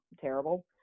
terrible